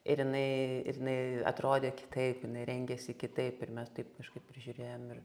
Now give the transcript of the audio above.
ir jinai ir jinai atrodė kitaip rengėsi kitaip ir mes taip kažkaip ir žiūrėjom ir